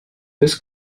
this